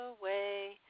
away